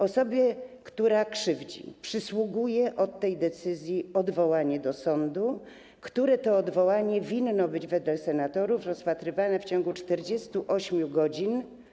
Osobie, która krzywdzi, przysługuje od tej decyzji odwołanie do sądu, które to odwołanie winno być wedle senatorów rozpatrywane w ciągu 48 godzin.